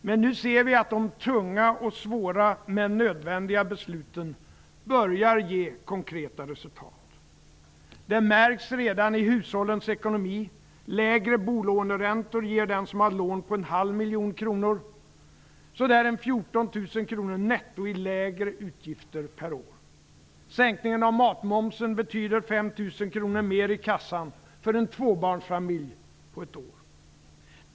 Men nu ser vi att de tunga och svåra men nödvändiga besluten börjar ge konkreta resultat. Det märks redan i hushållens ekonomi. Lägre bolåneräntor ger den som har ett lån på en halv miljon kronor ca 14 000 kr netto i lägre utgifter per år. Sänkningen av matmomsen betyder 5 000 kr mer i kassan på ett år för en tvåbarnsfamilj.